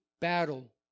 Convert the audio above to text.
battle